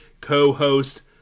co-host